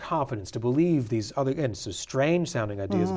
confidence to believe these other and so strange sounding i